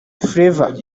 flavour